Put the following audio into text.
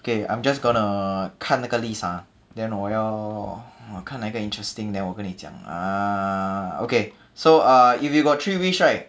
okay I'm just gonna 看那个 list ah then 我要我看那一个 interesting then 我跟你讲 ah okay so uh if you got three wish right